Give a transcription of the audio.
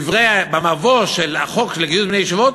במבוא של החוק לגיוס בני ישיבות,